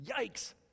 Yikes